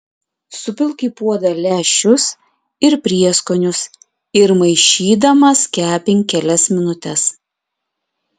supilk į puodą lęšius ir prieskonius ir maišydamas kepink kelias minutes